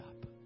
up